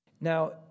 Now